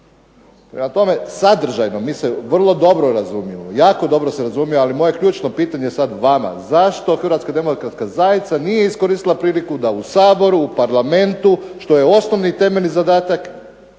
tome, sadržajno mi se vrlo dobro razumijemo, jako dobro se razumijemo. Ali moje ključno pitanje sad vama zašto Hrvatska demokratska zajednica nije iskoristila priliku da u Saboru, u Parlamentu što je osnovni i temeljni zadatak